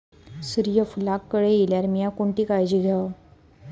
सूर्यफूलाक कळे इल्यार मीया कोणती काळजी घेव?